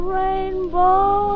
rainbow